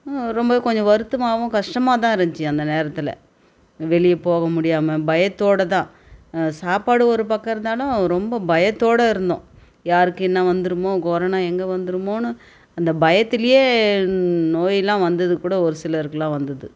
ரொம்ப கொஞ்சம் வருத்தமாகவும் கஷ்டமாக தான் இருந்துச்சி அந்த நேரத்தில் வெளியே போக முடியாமல் பயத்தோடு தான் சாப்பாடு ஒரு பக்கம் இருந்தாலும் ரொம்ப பயத்தோடு இருந்தோம் யாருக்கு என்ன வந்துடுமோ கொரோனா எங்கே வந்துடுமோனு அந்த பயத்துலேயே நோயெல்லாம் வந்தது கூட ஒரு சிலருக்குலாம் வந்தது